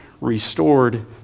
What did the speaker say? restored